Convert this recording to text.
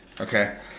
Okay